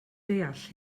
deall